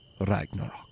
Ragnarok